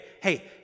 hey